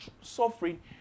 suffering